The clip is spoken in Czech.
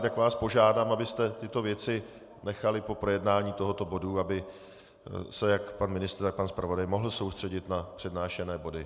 Tak vás požádám, abyste tyto věci nechali po projednání tohoto bodu, aby se jak pan ministr, tak pan zpravodaj mohl soustředit na přednášené body.